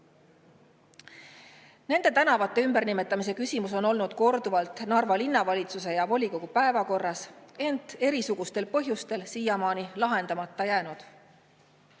Nende tänavate ümbernimetamise küsimus on olnud korduvalt Narva Linnavalitsuse ja volikogu päevakorras, ent erisugustel põhjustel siiamaani lahendamata jäänud.